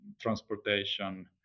transportation